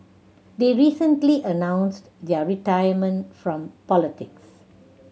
they recently announced their retirement from politics